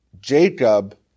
Jacob